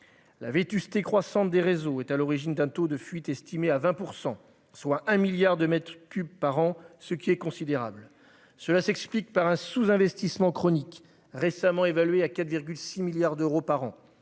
La vétusté croissante des réseaux est à l'origine d'un taux de fuite estimé à 20 %, soit 1 milliard de mètres cubes par an, ce qui est considérable. Elle s'explique par un sous-investissement chronique, récemment évalué à 4,6 milliards d'euros par an.